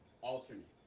alternate